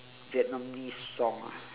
vietnamese song ah